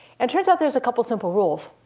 and turns out there's a couple simple rules.